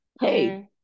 Hey